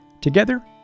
Together